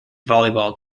volleyball